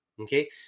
okay